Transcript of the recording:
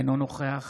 אינו נוכח